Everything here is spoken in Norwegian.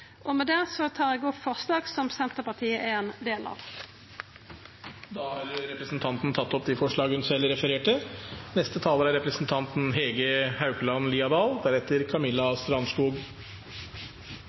Med det tar eg opp forslaga som Senterpartiet er ein del av. Representanten Kjersti Toppe har tatt opp de forslagene hun refererte til. Arbeiderpartiet er